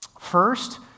First